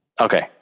Okay